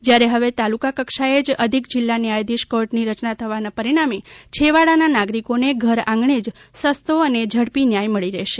જયારે હવે તાલુકા કક્ષાએ જ અધિક જિલ્લા ન્યાયાધીશ કોર્ટની રચના થવાના પરિણામે છેવાડાના નાગરિકોને ઘરઆંગણે જ સસ્તો અને ઝડપી ન્યાય મળી રહેશે